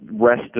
rest